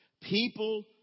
People